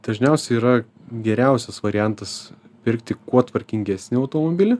dažniausiai yra geriausias variantas pirkti kuo tvarkingesnį automobilį